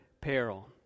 peril